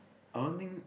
I don't think